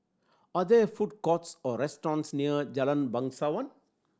are there food courts or restaurants near Jalan Bangsawan